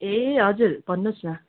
ए हजुर भन्नुहोस् न